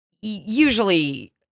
usually